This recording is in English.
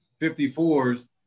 54s